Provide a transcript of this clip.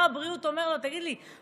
ושר הבריאות אומר לו: תגיד לי,